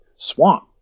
Swamp